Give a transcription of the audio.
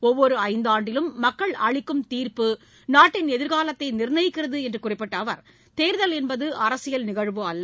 ஒவ்வொரு ஐந்தாண்டிலும் மக்கள் அளிக்கும் தீர்ப்பு நாட்டின் எதிர்காலத்தை நிர்ணயிக்கிறது என்று குறிப்பிட்ட அவர் தேர்தல் என்பது அரசியல் நிகழ்வு அல்ல